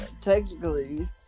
technically